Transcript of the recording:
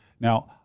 Now